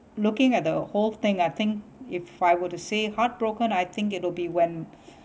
looking at the whole thing I think if I would to say heartbroken I think it'll be when